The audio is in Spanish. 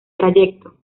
trayecto